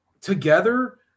together